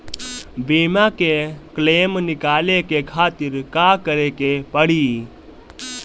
बीमा के क्लेम निकाले के खातिर का करे के पड़ी?